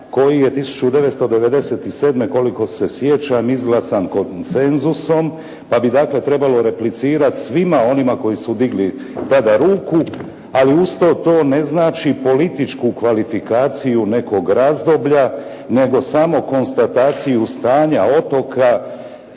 koji je 1997., koliko se sjećam izglasan konsenzusom pa bi dakle trebalo replicirati svima onima koji su digli tada ruku, ali uz to, to ne znači političku kvalifikaciju nekog razdoblja, nego samo konstataciju stanja otoka